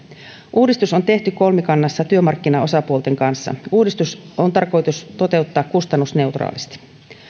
uudistus on tehty kolmikannassa työmarkkinaosapuolten kanssa uudistus on tarkoitus toteuttaa kustannusneutraalisti